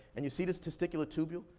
and you see this testicular tubule?